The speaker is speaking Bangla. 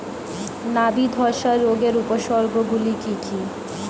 নাবি ধসা রোগের উপসর্গগুলি কি কি?